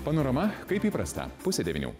panorama kaip įprasta pusę devynių